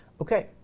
Okay